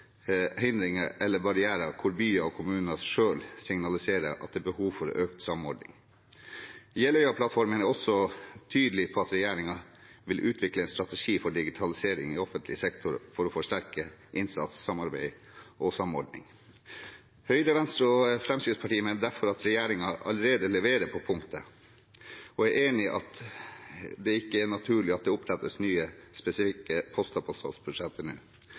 hindringer eller barrierer hvor byer og kommuner selv signaliserer at det er behov for økt samordning. Jeløya-plattformen er også tydelig på at regjeringen vil utvikle en strategi for digitalisering i offentlig sektor for å forsterke innsats, samarbeid og samordning. Høyre, Venstre og Fremskrittspartiet mener derfor at regjeringen allerede leverer på punket, og er enig i at det ikke er naturlig at det opprettes nye, spesifikke poster på statsbudsjettet nå.